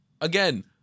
Again